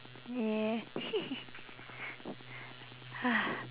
ya hee hee